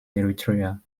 eritrea